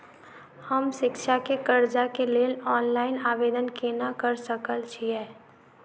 हम शिक्षा केँ कर्जा केँ लेल ऑनलाइन आवेदन केना करऽ सकल छीयै?